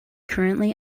currently